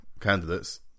candidates